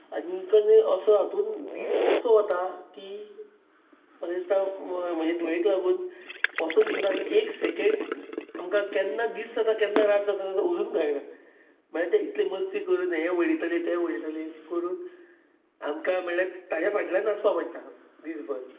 आनी असो हातूंत दीस असो वता की म्हाका दिसता म्हजे धुवेक लागून असो दिसता की एक सेकंड केन्ना दीस जाता केन्ना रात जाता जाता अजून कळना म्हणल्यार तें इतली मस्ती करून हें उडयतलें तें उडयतलें अशें करून आमकां म्हणल्यार ताच्या फाटल्यान नाचपाक पडटा